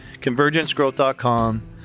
ConvergenceGrowth.com